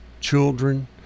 children